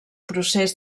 procés